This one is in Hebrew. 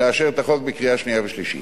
ולאשר את החוק בקריאה שנייה ושלישית.